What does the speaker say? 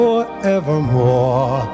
Forevermore